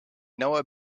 noah